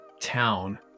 town